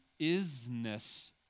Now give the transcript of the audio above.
isness